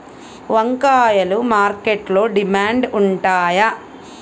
వంకాయలు మార్కెట్లో డిమాండ్ ఉంటాయా?